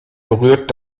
berührt